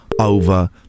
over